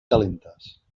calentes